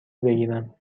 بگیرم